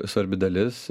svarbi dalis